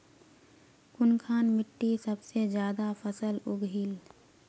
कुनखान मिट्टी सबसे ज्यादा फसल उगहिल?